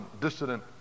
dissident